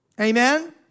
Amen